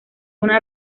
una